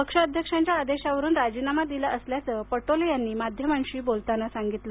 पक्षाध्यक्षांच्या आदेशावरुन राजीनामा दिला असल्याचं पटोले यांनी माध्यमांशी बोलताना सांगितलं